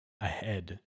ahead